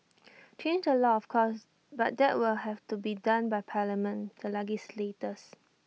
change the law of course but that will have to be done by parliament to legislators